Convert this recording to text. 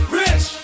rich